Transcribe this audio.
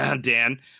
Dan